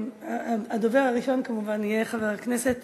הדובר הראשון, כמובן, יהיה חבר הכנסת